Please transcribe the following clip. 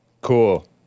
Cool